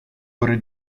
ore